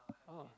oh